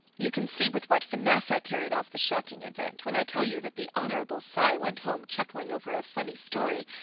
you can see with what finesse i carried off the shocking event, when i tell you that the hon. cy went home chuckling over a funny story,